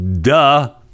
duh